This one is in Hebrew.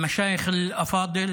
(אומר בערבית:)